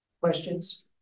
Questions